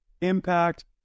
impact